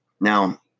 Now